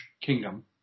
kingdom